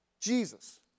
Jesus